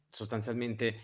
sostanzialmente